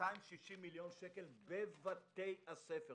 260 מיליון שקל בבתי הספר.